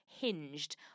hinged